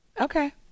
Okay